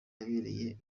yabereye